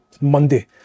Monday